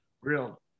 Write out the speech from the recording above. real